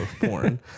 porn